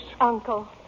Uncle